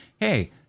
hey